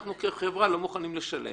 אנחנו כחברה לא מוכנים לשלם.